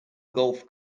golf